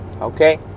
Okay